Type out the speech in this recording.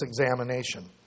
examination